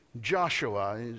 Joshua